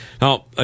Now